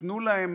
ותיתנו להם